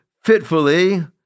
Fitfully